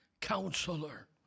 counselor